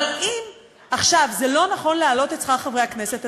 אבל אם עכשיו זה לא נכון להעלות את שכר חברי הכנסת,